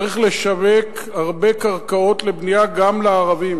צריך לשווק הרבה קרקעות לבנייה גם לערבים